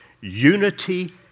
Unity